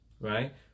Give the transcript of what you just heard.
Right